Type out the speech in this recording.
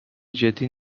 جدی